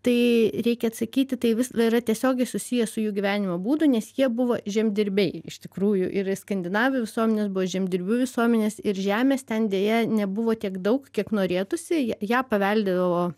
tai reikia atsakyti tai visa yra tiesiogiai susiję su jų gyvenimo būdu nes jie buvo žemdirbiai iš tikrųjų ir skandinavų visuomenės buvo žemdirbių visuomenės ir žemės ten deja nebuvo tiek daug kiek norėtųsi ją paveldėdavo